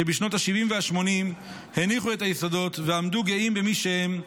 שבשנות השבעים והשמונים הניחו את היסודות ועמדו גאים במי שהם,